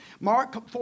Mark